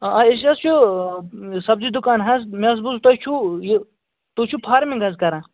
اَ اَ أسۍ حظ چھِ سبزی دُکان حظ مےٚ حط بوٗز تۄہہِ چھُو یہِ تۄہہِ چھُو فارمنٛگ حظ کَران